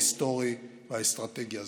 ההיסטורי והאסטרטגי הזה.